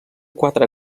quatre